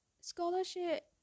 Scholarship